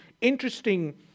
interesting